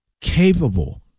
capable